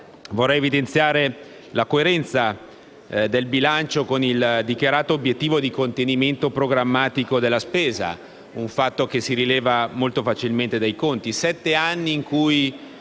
Vorrei evidenziare la coerenza del bilancio con il dichiarato obiettivo di contenimento programmatico della spesa, un fatto che si rileva molto facilmente dai conti.